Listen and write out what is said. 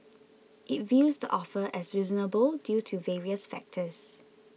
it views the offer as reasonable due to various factors